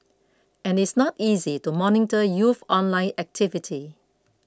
and it's not easy to monitor youth online activity